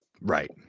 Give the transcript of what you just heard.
right